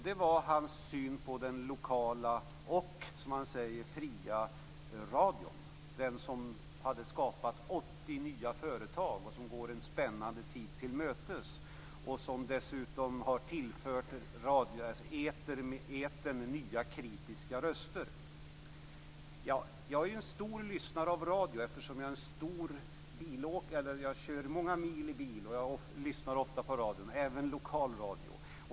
Det var hans syn på den lokala och, som han säger, fria radion, den som hade skapat 80 nya företag, som går en spännande tid till mötes och som dessutom har tillfört etern nya kritiska röster. Jag är en stor lyssnare av radio, eftersom jag kör många mil i bil och ofta lyssnar på radio, även lokalradio.